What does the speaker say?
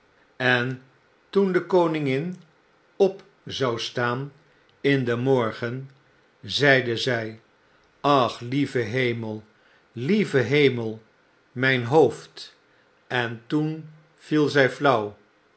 en toen de koningin op zou staan in den mtthi w yy yy it j tm morgen zeide zij ach lieve hemel lieve hemel mijn hoofdl en toen viel zij flauw